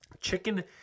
chicken